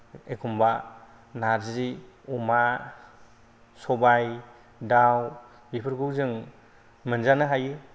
एखम्बा नारजि अमा सबाय दाउ बेफोरखौ जों मोनजानो हायो